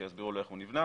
שיסבירו לו איך הוא נבנה.